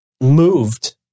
moved